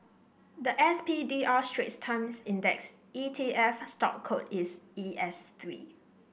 the S P D R Straits Times Index E T F stock code is E S three